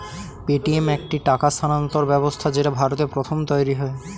Paytm একটি টাকা স্থানান্তর ব্যবস্থা যেটা ভারতে প্রথম তৈরী হয়